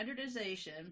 standardization